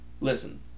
listen